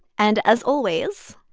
and as always.